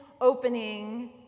opening